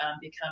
become